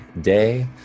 day